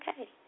okay